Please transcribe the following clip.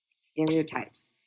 stereotypes